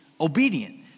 obedient